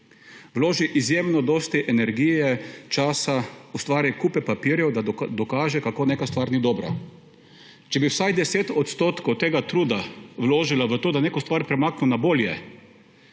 vloži izjemno dosti energije, časa, ustvari kupe papirjev, da dokaže, kako neka stvar ni dobra. Če bi vsaj 10 % tega truda vložila v to, da neko stvar premakne na bolje,